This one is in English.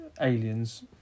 Aliens